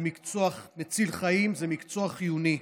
זה מקצוע מציל חיים, זה מקצוע חיוני.